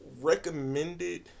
recommended